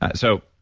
so,